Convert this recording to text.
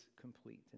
complete